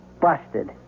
Busted